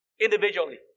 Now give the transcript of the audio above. individually